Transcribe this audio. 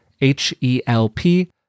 H-E-L-P